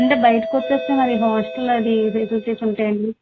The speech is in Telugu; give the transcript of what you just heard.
అంటే బయటకు వచ్చేస్తే మరి హాస్టల్ అవి ఫెసిలిటీస్ ఉంటాయండి